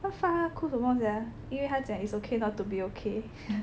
what for 他哭什么 sia 因为他讲 It's Okay Not to Be Okay